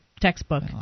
textbook